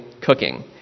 cooking